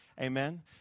Amen